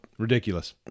ridiculous